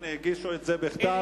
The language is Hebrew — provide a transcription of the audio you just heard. הנה, הגישו את זה בכתב.